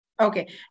Okay